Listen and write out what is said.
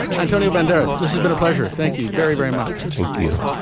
antonio banderas this has been a pleasure. thank you very very much. thank you